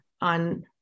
on